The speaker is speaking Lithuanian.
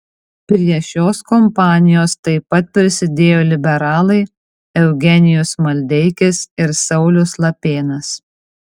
prie šios kompanijos taip pat prisidėjo liberalai eugenijus maldeikis ir saulius lapėnas